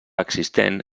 existent